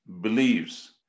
believes